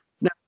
Now